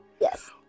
Yes